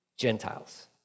Gentiles